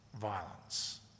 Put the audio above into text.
violence